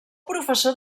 professor